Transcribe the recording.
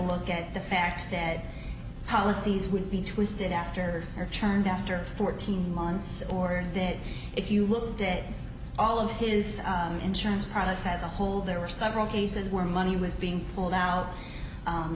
look at the facts that policies would be twisted after her child after fourteen months or that if you looked at all of his insurance products as a whole there were several cases where money was being pulled out